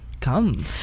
come